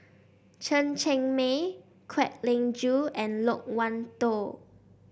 Chen Cheng Mei Kwek Leng Joo and Loke Wan Tho